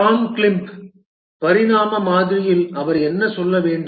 Tom கிளிப் பரிணாம மாதிரியில் அவர் என்ன சொல்ல வேண்டும்